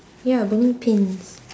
ya bowling pins